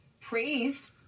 praised